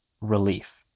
relief